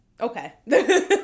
Okay